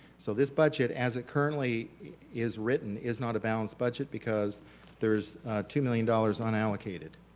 so this budget as it currently is written is not a balanced budget because there is two million dollars unallocated.